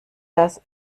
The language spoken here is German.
das